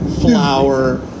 flour